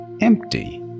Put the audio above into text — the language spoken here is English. empty